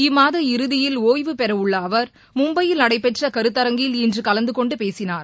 இம்மாத இறுதியில் ஓய்வு பெறவுள்ள அவர் மும்பையில் நடைபெற்ற கருத்தரங்கில் இன்று கலந்து கொண்டு பேசினார்